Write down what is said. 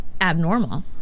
abnormal